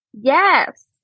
yes